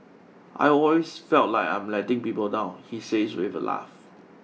I always feel like I am letting people down he says with a laugh